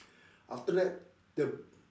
after that the